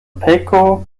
peko